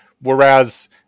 whereas